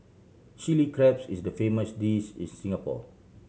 Chilli Crab is the famous dish in Singapore